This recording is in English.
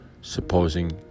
supposing